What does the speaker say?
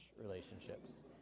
relationships